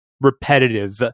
repetitive